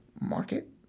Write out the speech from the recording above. Market